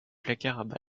placards